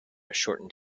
shortened